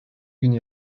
günü